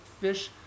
fish